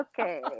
Okay